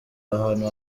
ahantu